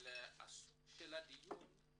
אבל הסוג של הדיון,